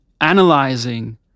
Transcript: analyzing